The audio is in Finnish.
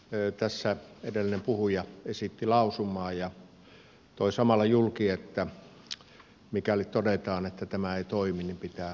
tässä edellinen puhuja esitti lausumaa ja toi samalla julki että mikäli todetaan että tämä ei toimi pitää lakia muuttaa